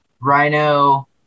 rhino